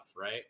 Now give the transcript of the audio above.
right